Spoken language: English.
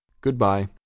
Goodbye